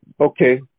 Okay